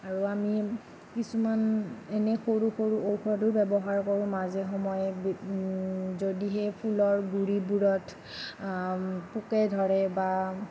আৰু আমি কিছুমান এনে সৰু সৰু ঔষধো ব্যৱহাৰ কৰোঁ মাজে সময়ে যদিহে ফুলৰ গুৰিবোৰত পোকে ধৰে বা